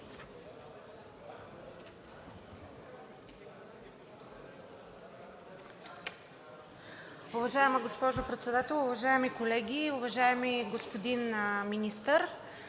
Уважаема госпожо Председател, уважаеми колеги! Уважаеми господин Министър,